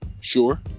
Sure